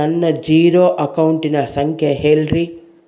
ನನ್ನ ಜೇರೊ ಅಕೌಂಟಿನ ಸಂಖ್ಯೆ ಹೇಳ್ರಿ?